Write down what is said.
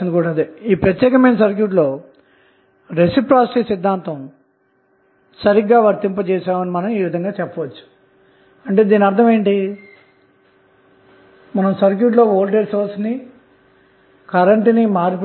సర్క్యూట్కు అనుసంధానించబడిన లోడ్ కు 3 mW పవర్ లభిస్తుందని కూడా నిర్దారణ కలుగుతుంది